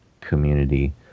community